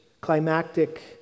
climactic